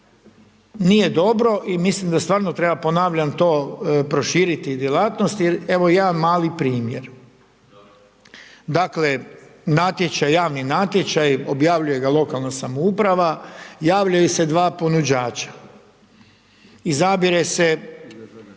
nije dobro i mislim da stvarno treba, ponavljam to, proširiti djelatnosti, evo jedan mali primjer. Dakle, natječaj, javni natječaj, objavljuje ga lokalna samouprava, javljaju se dva ponuđača. Izabire se